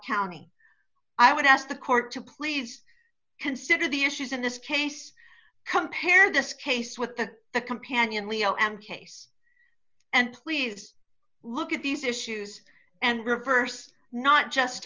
county i would ask the court to please consider the issues in this case compare this case with the the companion leo and case and please look at these issues and reversed not just